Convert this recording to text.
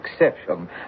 exception